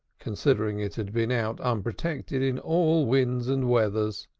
considering it had been out unprotected in all winds and weathers.